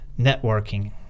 networking